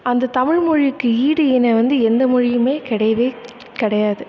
அந்த தமிழ்மொழிக்கு ஈடு இணை வந்து எந்த மொழியுமே கிடையவே கிடையாது